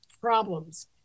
problems